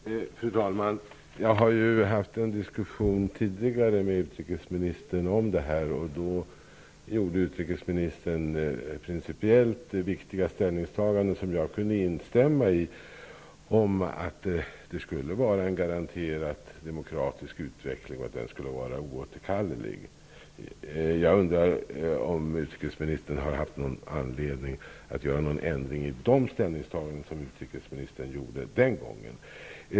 Fru talman! Jag har ju haft en diskussion tidigare med utrikesministern, och då gjorde utrikesministern ett principiellt viktigt ställningstagande som jag kunde instämma i: att det skulle vara en garanterat demokratisk utveckling och att den skulle vara oåterkallelig. Jag undrar om utrikesministern har haft någon anledning att göra någon ändring beträffande de ställningstaganden som utrikesministern gjorde den gången.